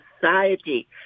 society